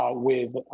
ah with